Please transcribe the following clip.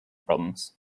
problems